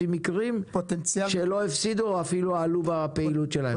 המקרים שלא הפסידו או אפילו עלו בפעילות שלהם?